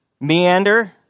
Meander